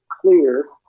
clear